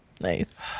Nice